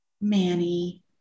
Manny